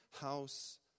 house